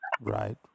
Right